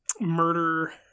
murder